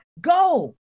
go